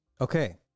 Okay